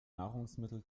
nahrungsmittel